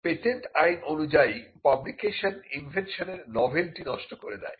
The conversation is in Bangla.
পেটেন্ট আইন অনুযায়ী পাবলিকেশন ইনভেনশনের নভেলটি নষ্ট করে দেয়